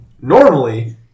normally